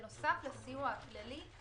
בנוסף לסיוע הכללי,